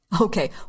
Okay